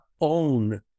own